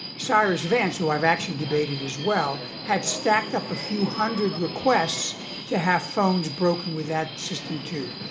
cyrus vance, who i've actually debated as well, had stacked up a few hundred requests to have phones broken with that system, too.